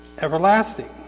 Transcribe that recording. everlasting